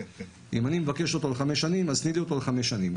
אם אני מבקש אותו לחמש שנים אז תני לי אותו לחמש שנים.